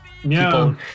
people